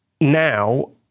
Now